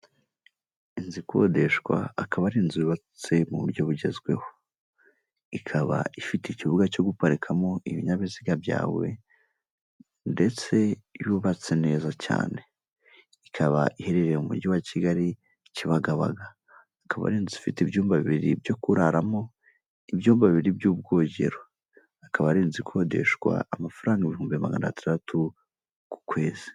Inzu ikodeshwa akaba ari inzu yubatse mu buryo bugezweho, ikaba ifite ikibuga cyo guparikamo ibinyabiziga byawe; ndetse yubatse neza cyane ikaba iherereye mu mujyi wa Kigali i Kibagabaga. Akaba ari inzu ifite ibyumba bibiri byo kuraramo, ibyumba bibiri by'ubwogero; akaba ari inzu ikodeshwa amafaranga ibihumbi magana atandatu ku kwezi.